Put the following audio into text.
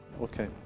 Okay